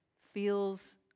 feels